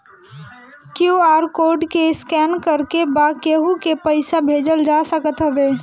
QR code के scan करके बा केहू के पईसा भेजल जा सकत हवे